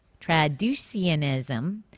Traducianism